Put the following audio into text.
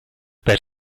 per